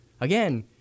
Again